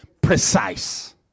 precise